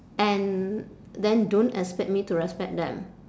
and then don't expect me to respect them